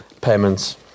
payments